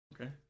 Okay